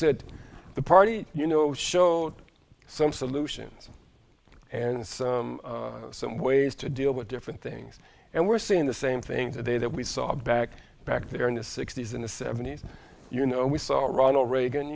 said the party you know show some solutions and so some ways to deal with different things and we're seeing the same thing today that we saw back back there in the sixty's in the seventies you know we saw it ronald reagan